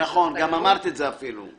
נכון, גם אמרת את זה אפילו.